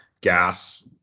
gas